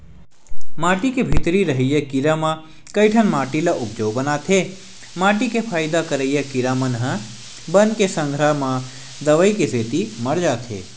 माटी के भीतरी के रहइया कीरा म कइठन माटी ल उपजउ बनाथे माटी के फायदा करइया कीरा मन ह बन के संघरा म दवई के सेती मर जाथे